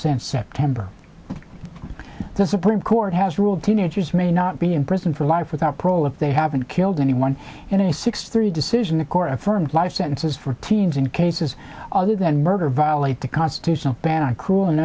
sent september this supreme court has ruled teenagers may not be in prison for life without parole if they haven't killed anyone in a six three decision the court affirmed life sentences for teens in cases other than murder violate the constitutional ban on cruel and